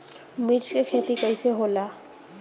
मिर्च के खेती कईसे होला?